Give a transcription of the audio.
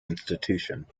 institution